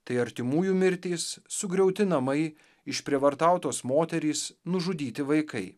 tai artimųjų mirtys sugriauti namai išprievartautos moterys nužudyti vaikai